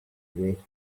great